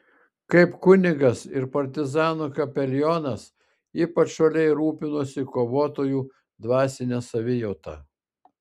kaip kunigas ir partizanų kapelionas ypač uoliai rūpinosi kovotojų dvasine savijauta